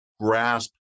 grasp